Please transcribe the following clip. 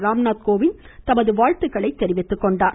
ராம்நாத்கோவிந்த் தனது வாழ்த்துக்களை தெரிவித்துக்கொண்டுள்ளார்